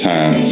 Time